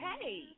hey